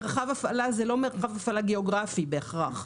מרחב הפעלה זה לא מרחב הפעלה גיאוגרפי בהכרח.